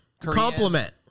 compliment